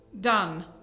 Done